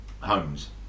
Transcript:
homes